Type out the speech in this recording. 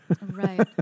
right